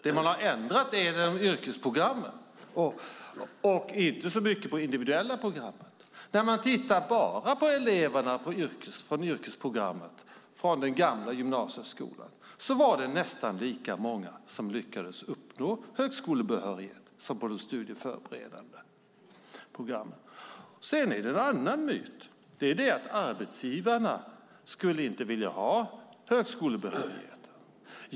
Det man har ändrat på är yrkesprogrammen, men man har inte gjort särskilt mycket på det individuella programmet. Tittar man bara på yrkesprogrammen i den gamla gymnasieskolan ser man att det var nästan lika många där som lyckades uppnå högskolebehörighet som på de studieförberedande programmen. Sedan finns en annan myt. Det är att arbetsgivarna inte skulle vilja ha högskolebehörighet.